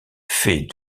fait